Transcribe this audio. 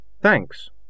Thanks